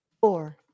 four